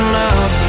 love